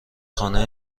خانه